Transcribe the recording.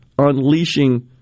Unleashing